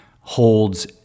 holds